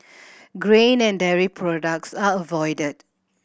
grain and dairy products are avoided